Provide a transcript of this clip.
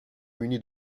muni